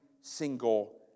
single